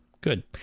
Good